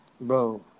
Bro